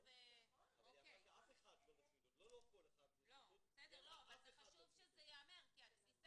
אני אפילו לא שואלת אותך כמה היא קיבלה כי זה